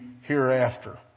hereafter